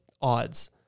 odds